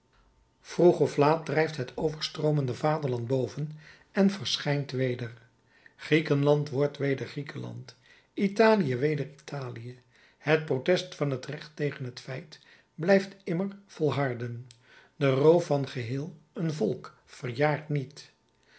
vroeg of laat drijft het overstroomde vaderland boven en verschijnt weder griekenland wordt weder griekenland italië weder italië het protest van het recht tegen het feit blijft immer volharden de roof van geheel een volk verjaart niet